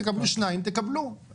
תקבלו שניים תקבלו.